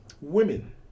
women